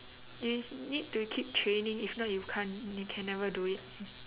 you need to keep training if not you can't you can never do it